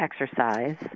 exercise